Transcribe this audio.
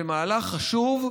זה מהלך חשוב,